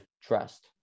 trust